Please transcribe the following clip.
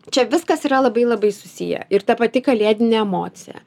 čia viskas yra labai labai susiję ir ta pati kalėdinė emocija